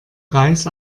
reis